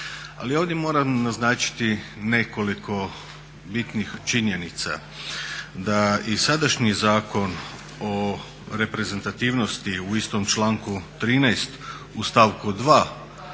Ali ovdje moram naznačiti nekoliko bitnih činjenica, da i sadašnji Zakon o reprezentativnosti u istom članku 13. u stavku 2.